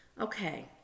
Okay